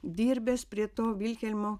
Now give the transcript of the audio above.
dirbęs prie to vilhelmo